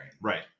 right